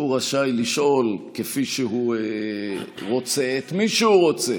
והוא רשאי לשאול כפי שהוא רוצה את מי שהוא רוצה.